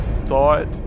thought